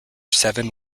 seven